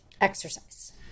exercise